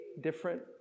different